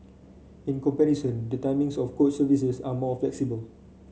in comparison the timings of coach services are more flexible